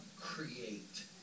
create